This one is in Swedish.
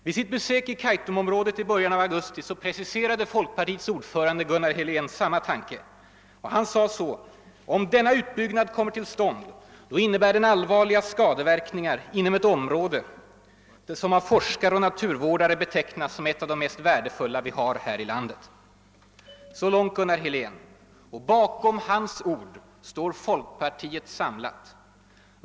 Vid sitt besök i Kaitumområdet i början av augusti preciserade folkpartiets ordförande Gunnar Helén den tanken så här: >»Om denna utbyggnad kommer till stånd innebär den allvarliga skadeverkningar inom ett område som av forskare och naturvårdare betecknats som ett av de mest värdefulla vi har här i landet.» Bakom de orden står folkpartiet samlat.